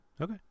Okay